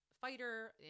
fighter